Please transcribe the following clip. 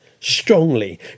strongly